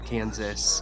Kansas